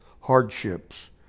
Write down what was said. hardships